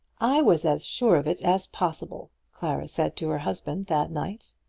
i was as sure of it as possible, clara said to her husband that night.